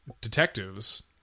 detectives